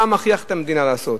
מה מכריח את המדינה לעשות,